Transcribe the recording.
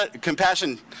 Compassion